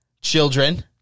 children